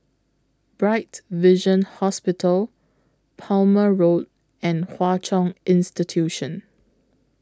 Bright Vision Hospital Plumer Road and Hwa Chong Institution